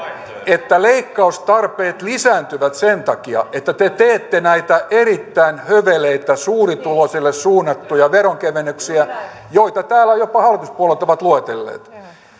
että leikkaustarpeet lisääntyvät sen takia että te teette näitä erittäin höveleitä suurituloisille suunnattuja veronkevennyksiä joita täällä jopa hallituspuolueet ovat luetelleet nämä